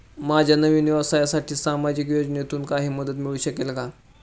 माझ्या नवीन व्यवसायासाठी सामाजिक योजनेतून काही मदत मिळू शकेल का?